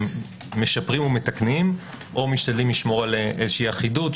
משפרים ומתקנים או משתדלים לשמור על אחידות,